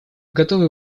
готовы